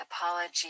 apology